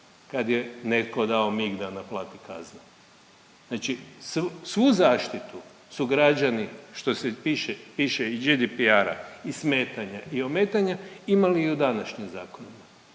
kad je netko dao mig da naplati kazne. Znači svu zaštitu su građani što se piše, piše iz GDPR-a, i smetanje i ometanje imali i u današnjem zakonu,